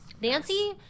Nancy